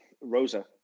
Rosa